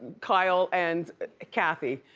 kyle and kathy,